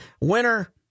Winner